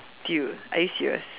dude are you serious